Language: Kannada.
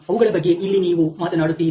ಅವುಗಳ ಬಗ್ಗೆ ಇಲ್ಲಿ ನೀವು ಮಾತನಾಡುತ್ತೀರಿ